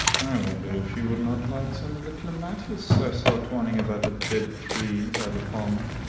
i wonder if she would not like some of the clematis i saw twining about a dead tree by the pond.